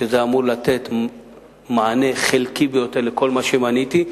וזה אמור לתת מענה חלקי ביותר לכל מה שמניתי,